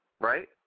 Right